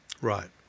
Right